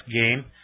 game